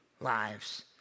lives